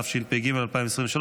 התשפ"ג 2023,